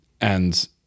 And-